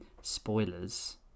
Spoilers